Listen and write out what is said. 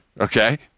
Okay